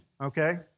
okay